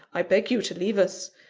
i beg you to leave us.